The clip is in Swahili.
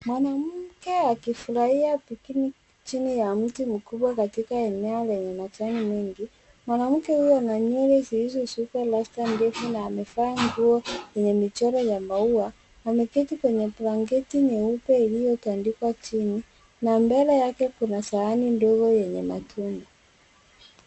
Mwanamke akifurahia picnic chini ya mti mkubwa katika eneo lenye majani mengi. Mwanamke huyu ana nywele zilizosukwa rasta ndefu na amevaa nguo yenye michoro ya maua. Ameketi kwenye blanketi nyeupe iliyotandikwa chini na mbele kuna sahani ndogo yenye matunda.